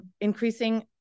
increasing